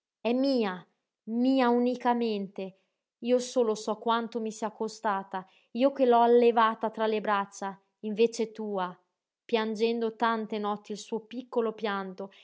è mia mia unicamente io solo so quanto mi sia costata io che l'ho allevata tra le braccia in vece tua piangendo tante notti il suo piccolo pianto